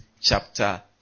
chapter